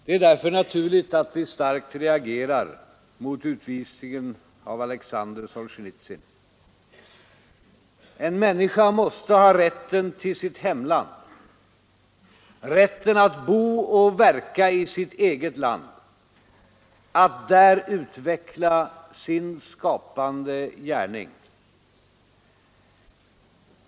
Det är därför naturligt att vi starkt reagerar mot utvisningen av Alexander Solzjenitsyn. En människa måste ha rätten till sitt hemland, rätten att bo och verka i sitt eget land, att där utveckla sin skapande gärning.